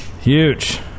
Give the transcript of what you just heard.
Huge